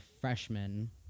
freshman